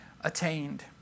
attained